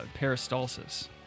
peristalsis